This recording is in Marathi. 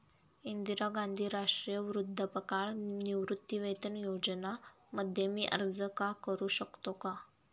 इंदिरा गांधी राष्ट्रीय वृद्धापकाळ निवृत्तीवेतन योजना मध्ये मी अर्ज का करू शकतो का?